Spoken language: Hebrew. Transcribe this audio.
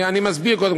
אני קודם כול מסביר.